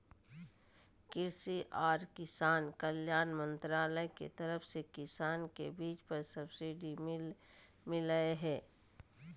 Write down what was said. कृषि आर किसान कल्याण मंत्रालय के तरफ से किसान के बीज पर सब्सिडी मिल लय हें